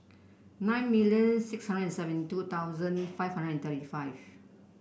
nine million six hundred and seventy two thousand five hundred and thirty five